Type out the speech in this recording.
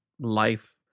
life